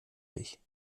dich